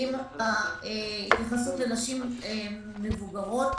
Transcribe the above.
ההתייחסות לנשים מבוגרות,